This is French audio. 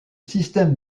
système